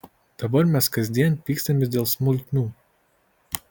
dabar mes kasdien pykstamės dėl smulkmių